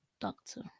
doctor